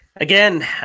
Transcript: Again